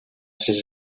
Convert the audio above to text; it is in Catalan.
sis